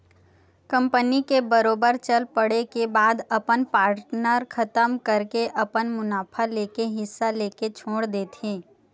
company के बरोबर चल पड़े के बाद अपन पार्टनर खतम करके अपन मुनाफा लेके हिस्सा लेके छोड़ देथे